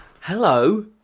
Hello